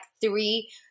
three